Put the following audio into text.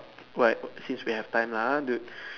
what since we have time lah !huh! dude